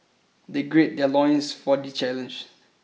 they gird their loins for the challenge